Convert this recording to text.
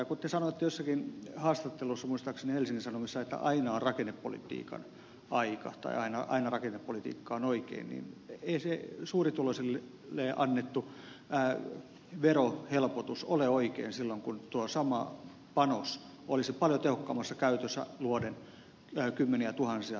kun te sanoitte jossakin haastattelussa muistaakseni helsingin sanomissa että aina on rakennepolitiikan aika tai aina rakennepolitiikka on oikein niin ei se suurituloisille annettu verohelpotus ole oikein silloin kun tuo sama panos olisi paljon tehokkaammassa käytössä luoden kymmeniätuhansia työpaikkoja nuorille